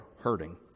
hurting